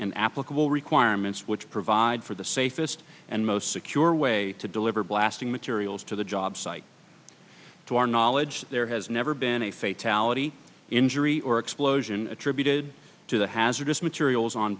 and applicable requirements which provide for the safest and most secure way to deliver blasting materials to the job site to our knowledge there has never been a fate ality injury or explosion attributed to the hazardous materials on